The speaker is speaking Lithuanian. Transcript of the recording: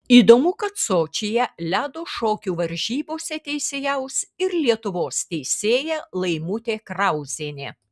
įdomu kad sočyje ledo šokių varžybose teisėjaus ir lietuvos teisėja laimutė krauzienė